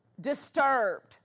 disturbed